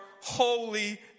holy